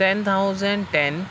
ten thousand ten